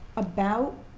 about